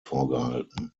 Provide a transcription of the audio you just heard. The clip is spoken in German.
vorgehalten